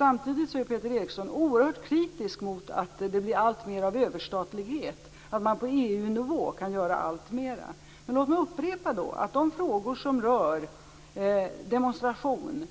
Å andra sidan är Peter Eriksson oerhört kritisk mot att det blir alltmer av överstatlighet, att man på EU-nivå kan göra alltmer. Låt mig upprepa att de frågor som rör demonstrationer,